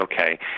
okay